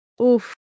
Oof